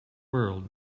world